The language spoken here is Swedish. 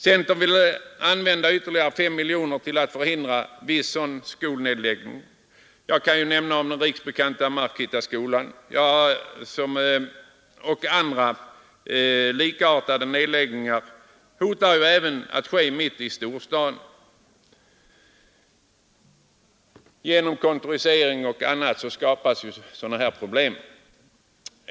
Centern vill använda ytterligare 5 miljoner kronor till att förhindra viss sådan skolnedläggning. Jag kan nämna den riksbekanta Markittaskolan. Andra likartade nedläggningar hotar även mitt i storstaden. Genom kontorisering och annat skapas sådana här problem.